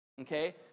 Okay